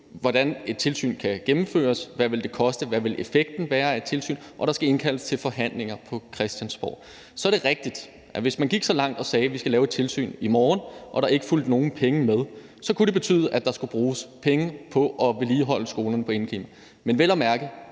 hvordan et tilsyn kan gennemføres, hvad det vil koste, og hvad effekten af et tilsyn vil være, og at der skal indkaldes til forhandlinger på Christiansborg. Det er rigtigt, at hvis man gik så langt som til at sige, at vi skal lave et tilsyn i morgen, og der er ikke fulgte nogen penge med, så kunne det betyde, at der skulle bruges penge på at vedligeholde skolernes indeklima, men det vil vel